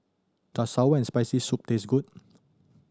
does sour and Spicy Soup taste good